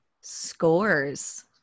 scores